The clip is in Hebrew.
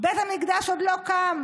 בית המקדש עוד לא קם,